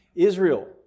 Israel